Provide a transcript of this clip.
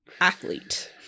athlete